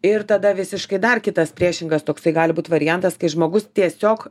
ir tada visiškai dar kitas priešingas toksai gali būt variantas kai žmogus tiesiog